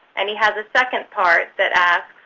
and he has a second part that asks,